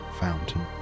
Fountain